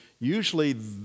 usually